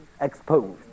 exposed